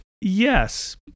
yes